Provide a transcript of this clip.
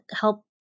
help